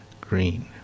Green